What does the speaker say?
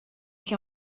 che